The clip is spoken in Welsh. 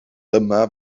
dyma